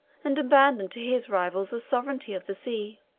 and abandoned to his rivals the sovereignty of the sea.